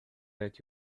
that